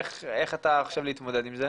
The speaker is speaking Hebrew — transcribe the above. איך אתה חושב להתמודד עם זה?